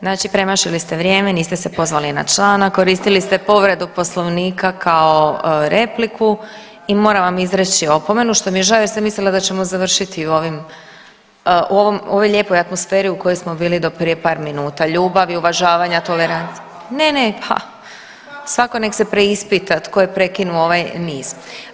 Znači premašili ste vrijeme, niste se pozvali na članak, koristili ste povredu Poslovnika kao repliku i moram vam izreći opomenu što mi je žao jer sam mislila da ćemo završiti u ovim, u ovoj lijepoj atmosferi u kojoj smo bilo do prije par minuta, ljubavi, uvažavanja, tolerancije … [[Upadica se ne razumije.]] ne, ne, svako nek se preispita tko je prekinuo ovaj niz.